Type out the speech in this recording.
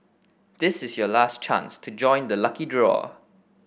this is your last chance to join the lucky draw